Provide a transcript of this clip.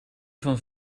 van